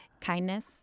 Kindness